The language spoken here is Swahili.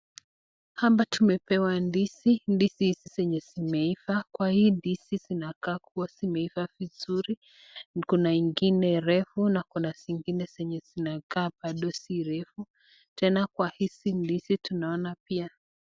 Hapa tumepewa ndizi . Ndizi hizi zenye zimeiva. Kwa hii ndizi zinakaa kuwa zimeiva vizuri . Kuna ingine refu na kuna zingine zenye zinakaa bado si refu . Tena kwa hizi ndizi tunaona pia...